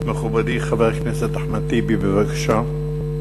מכובדי חבר הכנסת אחמד טיבי, בבקשה.